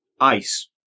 ice